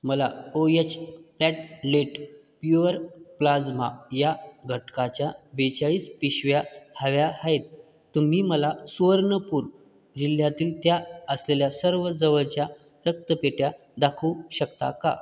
मला ओ यच प्लॅटलेट प्युअर प्लाझ्मा या घटकाच्या बेचाळीस पिशव्या हव्या आहेत तुम्ही मला सुवर्णपूर जिल्ह्यातील त्या असलेल्या सर्व जवळच्या रक्तपेढ्या दाखवू शकता का